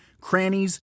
crannies